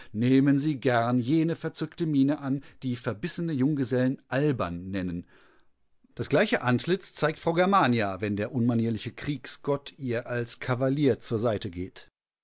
nehmen sie gern jene verzückte miene an die verbissene junggesellen albern nennen das gleiche antlitz zeigt frau germania wenn der unmanierliche kriegsgott ihr als kavalier zur seite geht